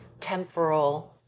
temporal